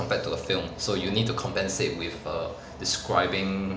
compared to a film so you need to compensate with err describing